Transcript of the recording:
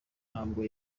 ntabwo